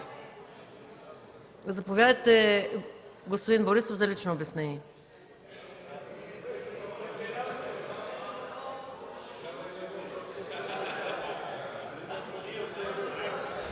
Заповядайте, господин Борисов, за лично обяснение.